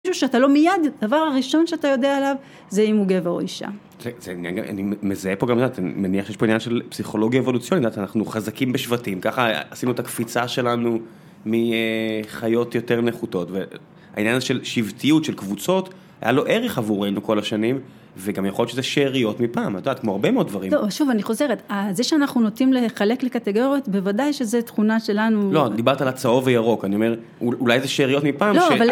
איזשהו שאתה לא מיד, הדבר הראשון שאתה יודע עליו, זה אם הוא גבר או אישה. אני מזהה פה גם, אני מניח שיש פה עניין של פסיכולוגיה אבולוציונית, אנחנו חזקים בשבטים, ככה עשינו את הקפיצה שלנו מחיות יותר נחותות, והעניין הזה של שבטיות, של קבוצות, היה לו ערך עבורנו כל השנים, וגם יכול להיות שזה שאריות מפעם, את יודעת, כמו הרבה מאוד דברים. לא, שוב, אני חוזרת, זה שאנחנו נוטים לחלק לקטגוריות, בוודאי שזה תכונה שלנו... לא, דיברת על הצהוב וירוק, אני אומר, אולי זה שאריות מפעם. לא, אבל...